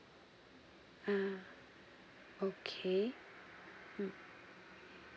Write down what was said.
uh okay mm